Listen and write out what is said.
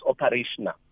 operational